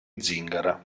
zingara